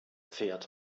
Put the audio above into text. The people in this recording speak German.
pferd